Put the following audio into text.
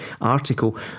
article